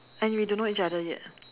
and we don't know each other yet